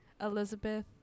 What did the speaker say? Elizabeth